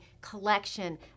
collection